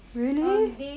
really